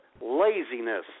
laziness